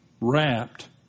wrapped